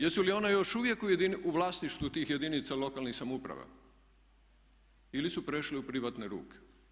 Jesu li one još uvijek u vlasništvu tih jedinica lokalnih samouprava ili su prešle u privatne ruke?